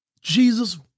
Jesus